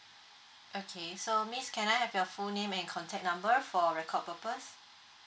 okay so miss can I have your full name and contact number for record purpose